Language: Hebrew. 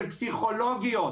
של פסיכולוגיות,